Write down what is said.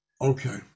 okay